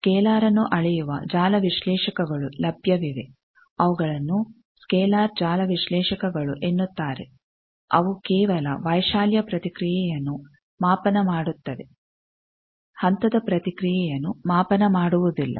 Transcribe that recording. scalar ನ್ನು ಅಳೆಯುವ ಜಾಲ ವಿಶ್ಲೇಷಕಗಳು ಲಭ್ಯವಿವೆ ಅವುಗಳನ್ನು ಸ್ಕೇಲರ್ ಜಾಲ ವಿಶ್ಲೇಷಕಗಳು ಎನ್ನುತ್ತಾರೆ ಅವು ಕೇವಲ ವೈಶಾಲ್ಯ ಪ್ರತಿಕ್ರಿಯೆಯನ್ನು ಮಾಪನ ಮಾಡುತ್ತವೆ ಹಂತದ ಪ್ರತಿಕ್ರಿಯೆಯನ್ನು ಮಾಪನ ಮಾಡುವುದಿಲ್ಲ